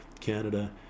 Canada